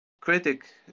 critic